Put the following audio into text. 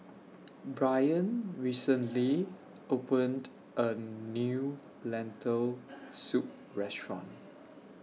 Brain recently opened A New Lentil Soup Restaurant